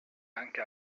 anche